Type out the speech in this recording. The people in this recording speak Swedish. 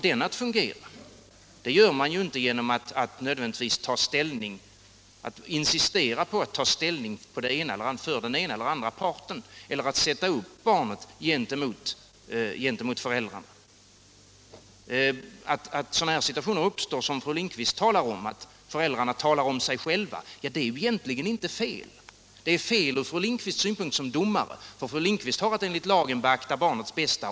Den får man inte att fungera genom att insistera på att få ta ställning för den ena eller andra parten eller genom att sätta upp barnet mot föräldrarna. Att det uppstår sådana situationer som fru Lindquist talar om, situationer där föräldrarna talar om sig själva, är ju egentligen ingenting som är fel. Det är fel från fru Lindquists synpunkt som domare, i vilken egenskap hon enligt lagen har att beakta barnets bästa.